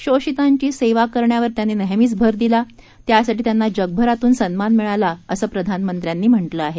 शोषितांची सेवा करण्यावर त्यांनी नेहमीच भर दिला त्यासाठी त्यांना जगभरातून सन्मान मिळाला असं प्रधानमंत्र्यांनी म्हाजे आहे